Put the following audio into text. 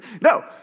No